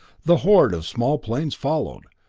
the horde of small planes followed,